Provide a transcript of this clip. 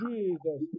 Jesus